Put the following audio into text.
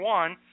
one